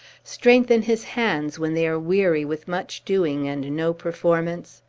strengthen his hands, when they are weary with much doing and no performance?